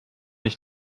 ich